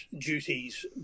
duties